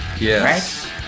Yes